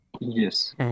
Yes